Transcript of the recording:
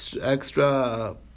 extra